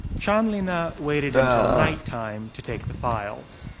chanlina waited until nighttime to take the files.